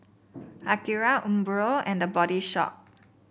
Akira Umbro and The Body Shop